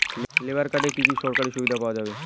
Labour কার্ডে কি কি সরকারি সুবিধা পাওয়া যাবে?